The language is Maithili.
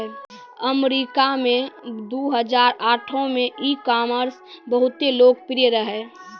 अमरीका मे दु हजार आठो मे ई कामर्स बहुते लोकप्रिय रहै